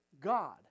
God